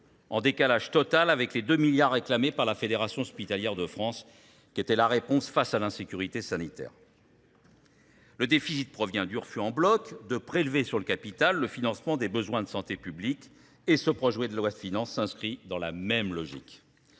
en décalage total avec les 2 milliards réclamés par la fédération hospitalière de France, qui était la réponse face à l'insécurité sanitaire. Le déficit provient du refus en bloc, de prélever sur le capital le financement des besoins de santé publique et ce projet de loi de finances s'inscrit dans la même logique.